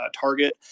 target